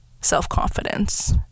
self-confidence